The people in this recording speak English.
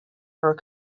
her